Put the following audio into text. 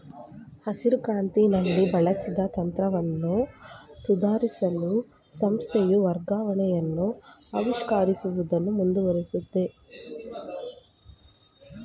ಹಸಿರುಕ್ರಾಂತಿಲಿ ಬಳಸಿದ ತಂತ್ರನ ಸುಧಾರ್ಸಲು ಸಂಸ್ಥೆಯು ಮಾರ್ಗವನ್ನ ಆವಿಷ್ಕರಿಸುವುದನ್ನು ಮುಂದುವರ್ಸಿದೆ